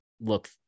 look